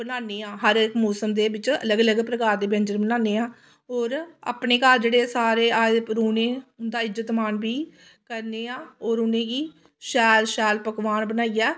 बनान्ने आं हर इक मोसम दे बिच्च अलग अलग प्रकार दे व्यंजन बनानी हां होर अपने घर जेह्ड़े सारे आए दे परौह्ने उं'दा इज्जतमान बी करने आं होर उ'नेंगी शैल शैल पकवान बनाइयै